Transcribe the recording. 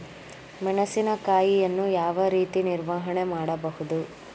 ಮೆಣಸಿನಕಾಯಿಯನ್ನು ಯಾವ ರೀತಿ ನಿರ್ವಹಣೆ ಮಾಡಬಹುದು?